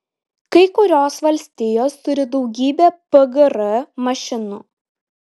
kai kurios valstijos turi daugybę pgr mašinų